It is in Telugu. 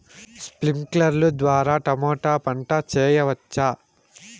స్ప్రింక్లర్లు ద్వారా టమోటా పంట చేయవచ్చా?